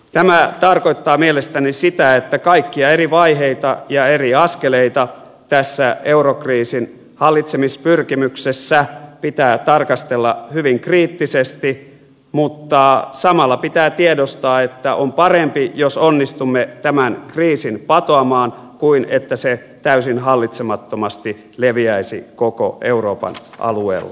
tämä tarkoittaa mielestäni sitä että kaikkia eri vaiheita ja eri askeleita tässä eurokriisin hallitsemispyrkimyksessä pitää tarkastella hyvin kriittisesti mutta samalla pitää tiedostaa että on parempi jos onnistumme tämän kriisin patoamaan kuin jos se täysin hallitsemattomasti leviäisi koko euroopan alueella